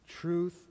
Truth